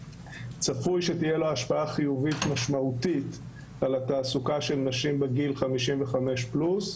צפוי שתהיה לו השפעה חיובית משמעותית על התעסוקה של נשים בגיל 55 פלוס,